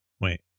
wait